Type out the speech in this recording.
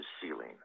ceiling